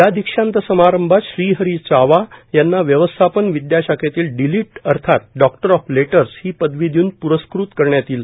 या दीक्षांत समारंभात श्रीहरी चावा यांना व्यवस्थापन विद्याशाखेतील डिलीट अर्थात डॉक्टर ऑफ लेटर्स ही पदवी देऊन प्रस्कार करण्यात येईल